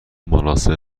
مناسب